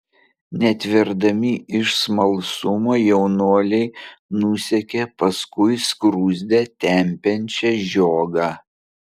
netverdami iš smalsumo jaunuoliai nusekė paskui skruzdę tempiančią žiogą